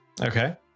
Okay